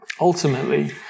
Ultimately